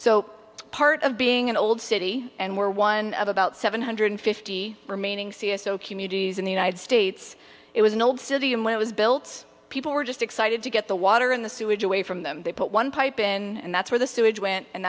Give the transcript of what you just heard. so part of being an old city and we're one of about seven hundred fifty remaining c s o communities in the united states it was an old city and when it was built people were just excited to get the water and the sewage away from them they put one pipe in and that's where the sewage went and